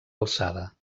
alçada